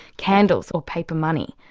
candles or paper money.